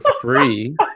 free